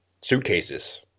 suitcases